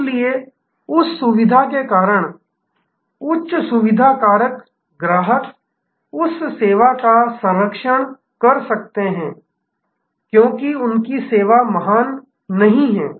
इसलिए उस सुविधा के कारण उच्च सुविधा कारक ग्राहक उस सेवा का संरक्षण कर सकते हैं क्योंकि उनकी सेवा महान नहीं है